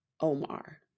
Omar